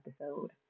episode